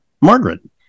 Margaret